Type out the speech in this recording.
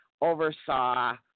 oversaw